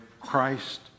Christ